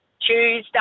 Tuesday